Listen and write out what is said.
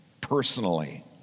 personally